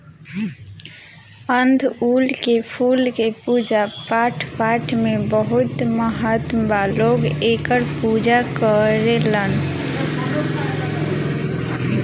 अढ़ऊल के फूल के पूजा पाठपाठ में बहुत महत्व बा लोग एकर पूजा करेलेन